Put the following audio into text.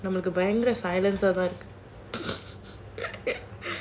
எனக்கு பயங்கர:enakku bayangara silence ah இருக்கு:irukku